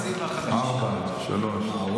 ארבע, שלוש, אתה תרוויח לפחות חצי מה-50.